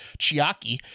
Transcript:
Chiaki